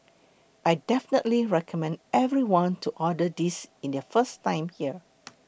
I definitely recommend everyone to order this in their first time here